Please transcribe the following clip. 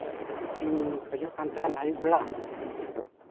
ᱞᱤᱧ ᱠᱷᱚᱡᱚᱜ ᱠᱟᱱ ᱛᱟᱦᱮᱫ ᱟᱹᱭᱩᱵ ᱵᱮᱲᱟ